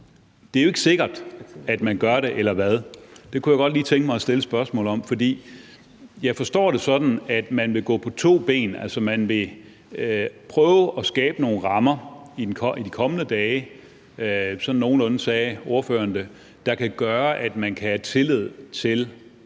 det er jo ikke sikkert, at man gør det, eller hvad? Det kunne jeg godt lige tænke mig at stille et spørgsmål om. For jeg forstår det sådan, at man vil gå på to ben, altså at man vil prøve at skabe nogle rammer i de kommende dage – sådan nogenlunde sagde ordføreren det – der kan gøre, at man kan have tillid til